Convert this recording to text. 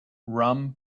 rum